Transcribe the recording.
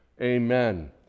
Amen